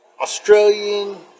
Australian